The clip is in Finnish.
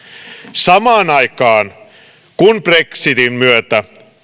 samaan aikaan kun brexitin myötä